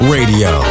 Radio